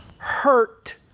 Hurt